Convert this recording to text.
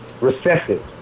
recessive